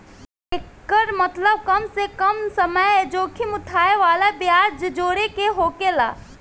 एकर मतबल कम से कम समय जोखिम उठाए वाला ब्याज जोड़े के होकेला